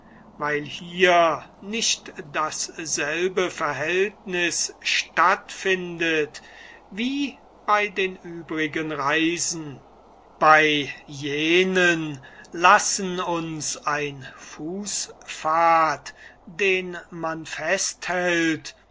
weil hier nicht dasselbe verhältniß statt findet wie bei den übrigen reisen bei jenen lassen uns ein fußpfad den man festhält